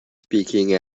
speaking